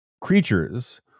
creatures